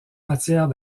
matière